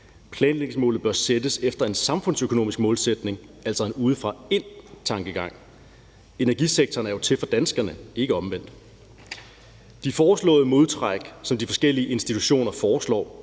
Planlægningsmålet bør sættes efter en samfundsøkonomisk målsætning, altså en udefra og ind-tankegang. Energisektoren er jo til for danskerne, ikke omvendt. De modtræk, som de forskellige institutioner foreslår,